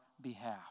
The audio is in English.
behalf